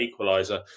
equaliser